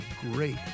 great